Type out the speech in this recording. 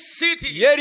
city